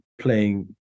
playing